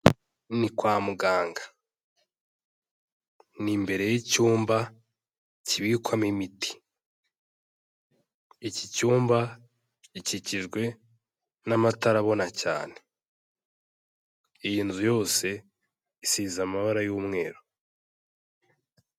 Ni kwa muganga, ni imbere y'icyumba kibikwamo imiti, iki cyumba gikikijwe n'amatara abona cyane, iyi nzu yose isize amabara y'umweru.